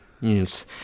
Yes